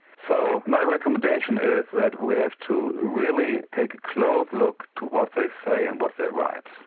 so my recommendation is that we have to really take a close look to what they say and what they write.